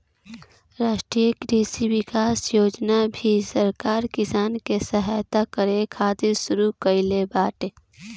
राष्ट्रीय कृषि विकास योजना भी सरकार किसान के सहायता करे खातिर शुरू कईले बाटे